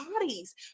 bodies